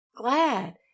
glad